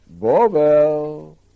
Bobel